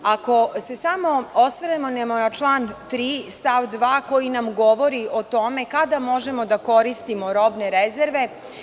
Ako se samo osvrnemo na član 3. stav 2. koji nam govori o tome kada možemo da koristimo robne rezerve.